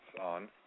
on